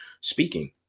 speaking